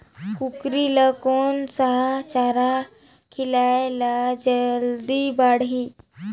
कूकरी ल कोन सा चारा खिलाय ल जल्दी बाड़ही?